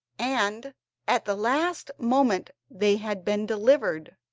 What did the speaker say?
and at the last moment they had been delivered.